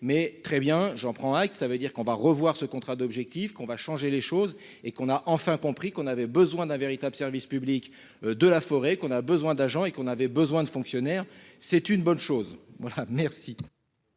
mais très bien, j'en prends acte, ça veut dire qu'on va revoir ce contrat d'objectifs qu'on va changer les choses et qu'on a enfin compris qu'on avait besoin d'un véritable service public de la forêt qu'on a besoin d'agents et qu'on avait besoin de fonctionnaires, c'est une bonne chose, voilà merci.